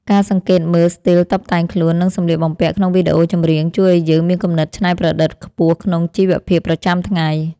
ការសង្កេតមើលស្ទីលតុបតែងខ្លួននិងសម្លៀកបំពាក់ក្នុងវីដេអូចម្រៀងជួយឱ្យយើងមានគំនិតច្នៃប្រឌិតខ្ពស់ក្នុងជីវភាពប្រចាំថ្ងៃ។